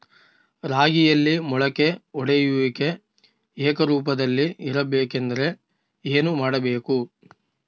ರಾಗಿಯಲ್ಲಿ ಮೊಳಕೆ ಒಡೆಯುವಿಕೆ ಏಕರೂಪದಲ್ಲಿ ಇರಬೇಕೆಂದರೆ ಏನು ಮಾಡಬೇಕು?